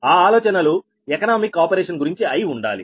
ఆ ఆలోచనలు economic operation గురించి అయి ఉండాలి